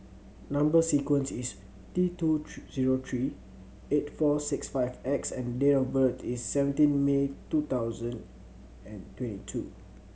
number sequence is T two three zero three eight four six five X and date of birth is seventeen May two thousand and twenty two